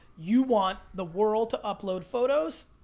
you want the world to upload photos,